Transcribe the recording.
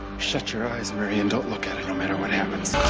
shut your eyes, mary, and don't look at it, no matter what happens.